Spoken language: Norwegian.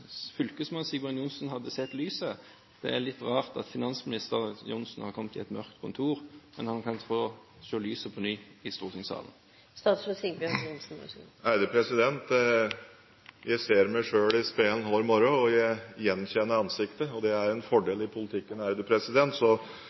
Johnsen hadde sett lyset. Det er litt rart at finansminister Johnsen har kommet til et mørkt kontor. Men han kan få se lyset på ny i stortingssalen. Jeg ser meg selv i speilet hver morgen, og jeg gjenkjenner ansiktet. Det er en fordel i politikken.